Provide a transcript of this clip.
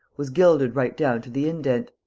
was gilded right down to the indent.